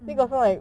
mm